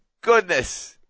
goodness